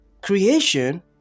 creation